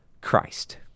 Christ